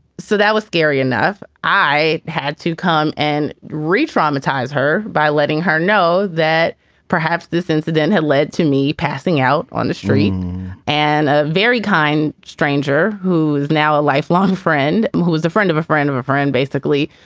so that was scary enough i had to come and retraumatize her by letting her know that perhaps this incident had led to me passing out on the street and a very kind stranger who is now a lifelong friend, who was a friend of a friend of a friend, basically.